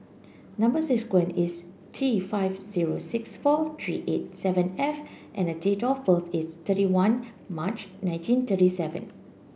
number sequence is T five zero six four three eight seven F and date of birth is thirty one March nineteen thirty seven